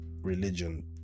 religion